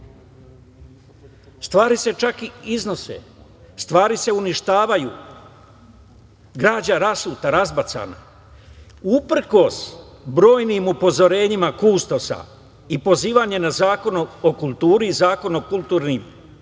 Stvari se čak iznose, uništavaju, građa rasuta, razbacana. Uprkos brojnim upozorenjima kustosa i pozivanje na Zakon o kulturi i Zakon o kulturnim dobrima,